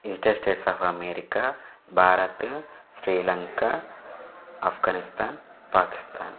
United States of America भारतं स्रीलङ्का अफ़्घनिस्तान् पाकिस्तान्